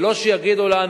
ולא שיגידו לנו: